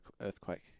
earthquake